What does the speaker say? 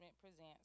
presents